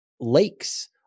lakes